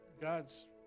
God's